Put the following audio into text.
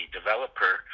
developer